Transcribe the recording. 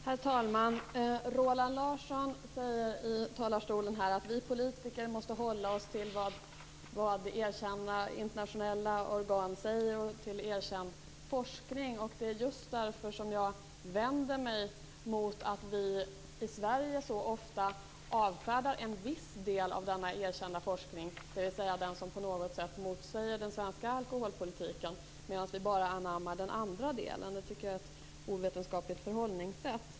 Herr talman! Roland Larsson sade att vi politiker måste hålla oss till det som erkända internationella organ säger och till erkänd forskning. Det är just därför som jag vänder mig emot att vi i Sverige så ofta avfärdar en viss del av den erkända forskningen, dvs. den som på något sätt motsäger den svenska alkoholpolitiken medan vi anammar bara den andra delen. Det är ett ovetenskapligt förhållningssätt.